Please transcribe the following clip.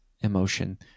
emotion